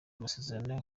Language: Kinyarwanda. amasezerano